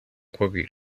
quickly